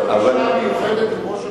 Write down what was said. אני אבקש פגישה מיוחדת עם ראש הממשלה.